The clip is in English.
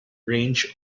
range